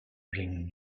bring